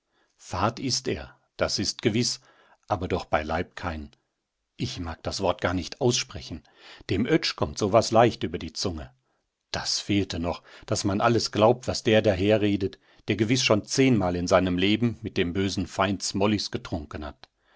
fad ist er das ist gewiß aber doch beileib kein ich mag das wort gar nicht aussprechen dem oetsch kommt so was leicht über die zunge das fehlte noch daß man alles glaubt was der daher redet der gewiß schon zehnmal in seinem leben mit dem bösen feind smollis getrunken hat